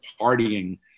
partying